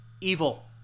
evil